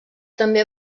també